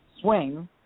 swing